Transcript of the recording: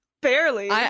barely